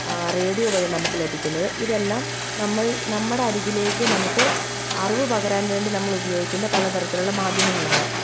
radio വഴി നമുക്ക് ലഭിക്കുന്നത് ഇതെല്ലാം നമ്മള് നമ്മുടെ അരികിലേക്ക് നമുക്ക് അറിവ് പകരാന് വേണ്ടി നമ്മുൾ ഉപയോഗിക്കുന്ന പല തരത്തിലുള്ള മാധ്യമങ്ങളാണ്